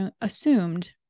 assumed